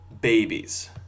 babies